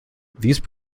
these